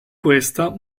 questa